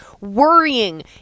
worrying